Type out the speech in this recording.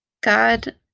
God